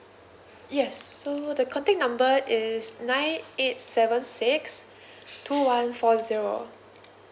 yes so the contact number is nine eight seven six two one four zero